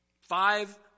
Five